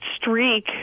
streak